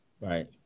right